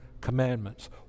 Commandments